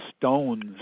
stones